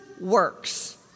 works